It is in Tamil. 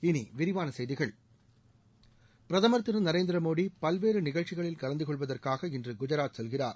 இனி விரிவான செய்திகள் பிரதமர் திரு நரேந்திரமோடி பல்வேறு நிகழ்ச்சிகளில் கலந்துகொள்வதற்காக இன்று குஜராத் செல்கிறார்